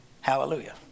Hallelujah